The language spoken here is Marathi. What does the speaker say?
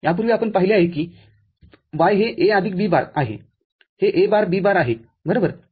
यापूर्वीआपण पाहिले आहे कि Y हे A आदिक B बारआहेहे A बार B बार आहे बरोबर